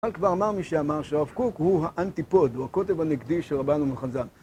כבר אמר מי שאמר שהרב קוק הוא האנטיפוד, הוא הקוטב הנגדי של רבן יוחזק